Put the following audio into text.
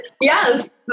Yes